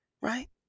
right